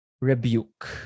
Rebuke